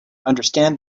understand